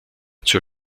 zur